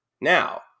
Now